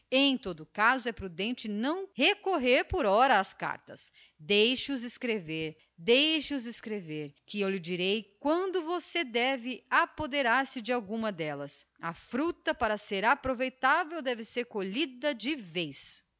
em todo o caso é prudente não recorrer por ora às cartas deixe os escrever que lhe direi quando é que você terá de apoderar-se de alguma delas a fruta para ser aproveitável deve ser colhida de vez